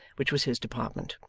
which was his department.